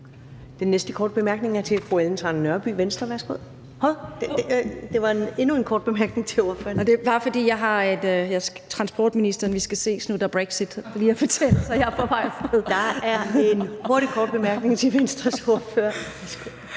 Den næste korte bemærkning er fra fru Ellen Trane Nørby, Venstre.